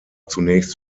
zunächst